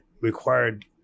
required